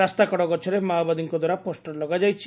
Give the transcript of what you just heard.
ରାସ୍ତାକଡ ଗଛରେ ମାଓବାଦୀଙ୍କ ଦ୍ୱାରା ପୋଷ୍ଟର ଲଗାଯାଇଛି